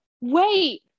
Wait